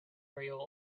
real